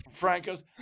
Francos